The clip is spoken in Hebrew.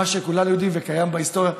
מה שכולנו יודעים וקיים בהיסטוריה.